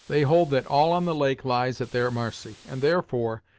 they hold that all on the lake lies at their marcy, and, therefore,